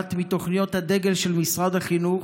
אחת מתוכניות הדגל של משרד החינוך,